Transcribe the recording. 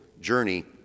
journey